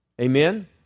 Amen